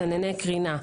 מסנני קרינה,